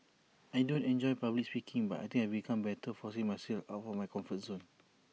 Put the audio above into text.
I don't enjoy public speaking but I think I've become better forcing myself out of my comfort zone